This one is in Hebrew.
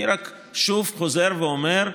אני רק חוזר ואומר שוב: